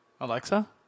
Alexa